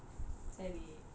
சரி:sari